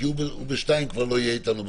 כי בשעה 2 ארז קמיניץ כבר לא יהיה איתנו בזום,